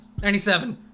97